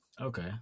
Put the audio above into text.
Okay